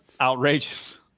outrageous